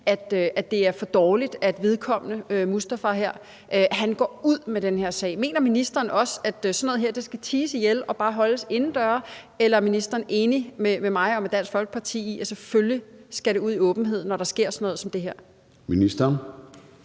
at det er for dårligt, at vedkommende, Mustafa, går ud med den her sag. Mener ministeren også, at sådan noget her skal ties ihjel og bare holdes indendøre, eller er ministeren enig med mig og med Dansk Folkeparti i, at selvfølgelig skal det ud i åbenheden, når der sker sådan noget som det her?